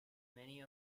many